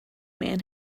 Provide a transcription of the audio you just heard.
man